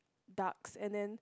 ducks and then